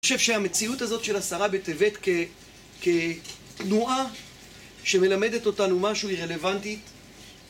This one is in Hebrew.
אני חושב שהמציאות הזאת של עשרה בטבת כתנועה שמלמדת אותנו משהו היא רלוונטית